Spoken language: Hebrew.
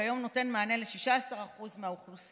שכיום נותן מענה ל-16% מהאוכלוסייה,